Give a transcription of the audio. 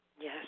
Yes